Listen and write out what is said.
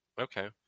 Okay